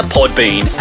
Podbean